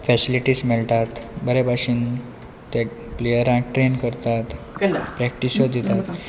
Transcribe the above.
facilities मेळटात बरे भाशेन ते प्लेयरांक ट्रेन करतात प्रॅक्टीसूच दितात